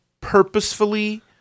purposefully